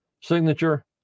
signature